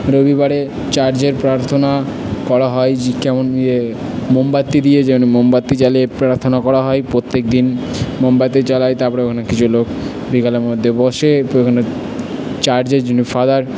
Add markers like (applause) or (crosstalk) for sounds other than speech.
রবিবারে চার্চের প্রার্থনা করা হয় (unintelligible) কেমন ইয়ে মোমবাতি দিয়ে যেন মোমবাতি জ্বালিয়ে প্রার্থনা করা হয় প্রত্যেক দিন মোমবাতি জ্বালাই তারপর ওখানে কিছু লোক বিকালের মধ্যে বসে (unintelligible) চার্চের যিনি ফাদার